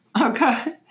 Okay